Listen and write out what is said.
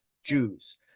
jews